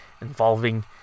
involving